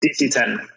DC-10